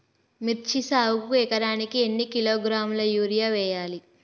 మిర్చి సాగుకు ఎకరానికి ఎన్ని కిలోగ్రాముల యూరియా వేయాలి?